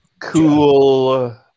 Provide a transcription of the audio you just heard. cool